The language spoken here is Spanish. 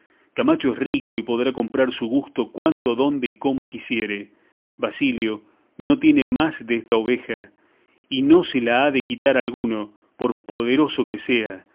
camacho es rico y podrá comprar su gusto cuando donde y como quisiere basilio no tiene más desta oveja y no se la ha de quitar alguno por poderoso que sea